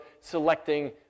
selecting